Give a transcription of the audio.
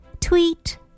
Tweet